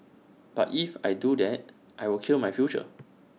but if I do that I will kill my future